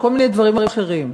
כל מיני דברים אחרים.